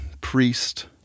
priest